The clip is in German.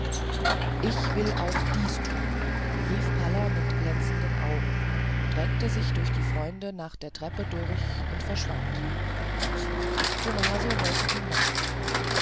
ich will auch dieses tun rief palla mit glänzenden augen drängte sich durch die freunde nach der treppe durch und verschwand tomaso wollte ihm nach